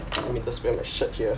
let me just wear my shirt here